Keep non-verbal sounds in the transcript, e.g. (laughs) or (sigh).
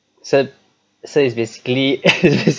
so so it's basically (laughs)